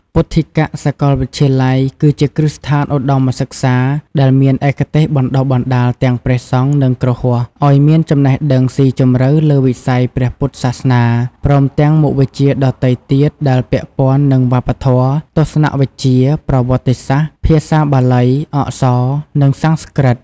ពុទ្ធិកសាកលវិទ្យាល័យ គឺជាគ្រឹះស្ថានឧត្តមសិក្សាដែលមានឯកទេសបណ្តុះបណ្តាលទាំងព្រះសង្ឃ និងគ្រហស្ថ ឱ្យមានចំណេះដឹងស៊ីជម្រៅលើវិស័យព្រះពុទ្ធសាសនា ព្រមទាំងមុខវិជ្ជាដទៃទៀតដែលពាក់ព័ន្ធនឹងវប្បធម៌ ទស្សនវិជ្ជា ប្រវត្តិសាស្ត្រ ភាសាបាលី អក្សរ និងសំស្ក្រឹត។